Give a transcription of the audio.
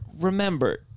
remember